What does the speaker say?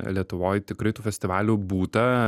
lietuvoj tikrai tų festivalių būta